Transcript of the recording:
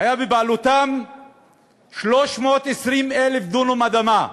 היו בבעלותם 320,000 דונם אדמה.